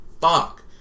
fuck